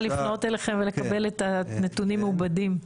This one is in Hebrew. לפנות אליכם ולקבל את הנתונים מעובדים.